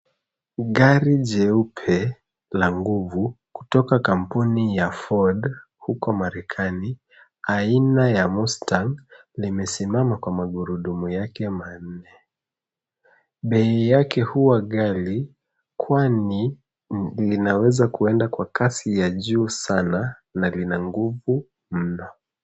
Gari jeupe la nguvu kutoka kampuni ya Ford huko marekani, aina ya Mustang limesimama kwa magurudumu yake manne. Bei yake huwa ghali, kwani linaweza kuenda kwa kasi ya juu sana na lina nguvu mno.